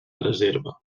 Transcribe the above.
reserva